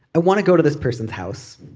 i want to go to this person's house